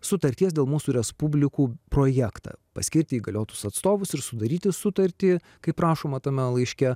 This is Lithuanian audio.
sutarties dėl mūsų respublikų projektą paskirti įgaliotus atstovus ir sudaryti sutartį kaip rašoma tame laiške